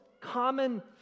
common